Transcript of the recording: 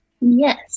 Yes